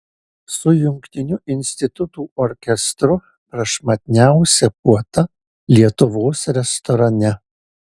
su jungtiniu institutų orkestru prašmatniausia puota lietuvos restorane